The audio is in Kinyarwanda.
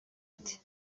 ati